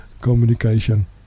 communication